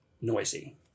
noisy